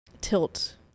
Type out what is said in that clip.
tilt